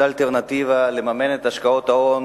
זו האלטרנטיבה לממן את השקעות ההון